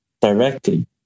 directly